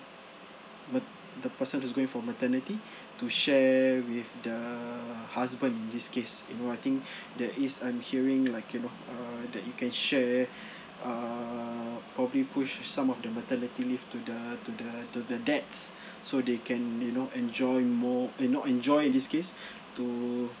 mat the person who is going for maternity to share with the husband in this case you know I think that is I'm hearing and I cannot err that you can share err probably push some of the maternity leave to the to the to the dads so they can you know enjoy more you know enjoy in this case to